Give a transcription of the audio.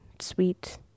sweet